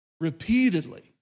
repeatedly